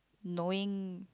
knowing